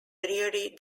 dreary